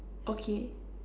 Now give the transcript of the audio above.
okay